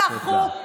שחו.